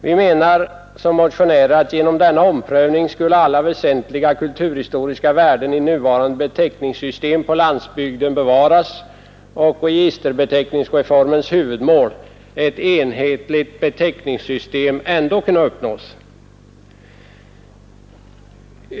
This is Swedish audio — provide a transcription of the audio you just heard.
Vi motionärer menar att genom denna omprövning skulle alla väsentliga kulturhistoriska värden i nuvarande beteckningssystem på landsbygden bevaras och registerbeteckningsreformens huvudmål — ett enhetligt beteckningssystem — ändå kunna uppnås.